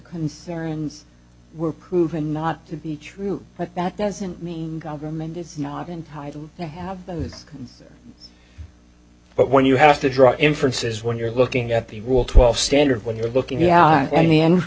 concerns were proven not to be true but that doesn't mean government is not entitled to have those but when you have to draw inferences when you're looking at the rule twelve standard when you're looking yeah